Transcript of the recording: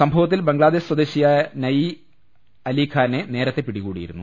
സംഭവത്തിൽ ബംഗ്ലാദേശ് സ്വദേശിയായ നഈ അലിഖാനെ നേരത്തെ പിടികൂടിയിരുന്നു